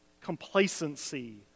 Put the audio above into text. complacency